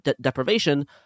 deprivation